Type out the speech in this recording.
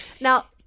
Now